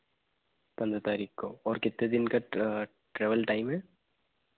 पंद्रह तारीख को और कितने दिन का ट्रे ट्रेवल टाइम है